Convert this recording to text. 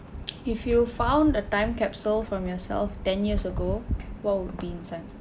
if you found a time capsule from yourself ten years ago what would be inside